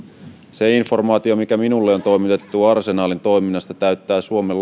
se informaatio mikä minulle on toimitettu arsenalin toiminnasta täyttää suomen